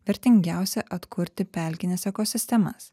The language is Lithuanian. vertingiausia atkurti pelkines ekosistemas